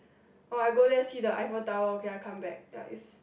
orh I go there and see the Eiffel Tower okay I come back is